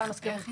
אצלכם.